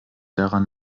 daran